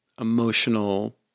emotional